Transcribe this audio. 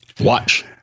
Watch